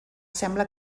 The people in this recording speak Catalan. sembla